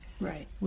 Right